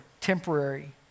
temporary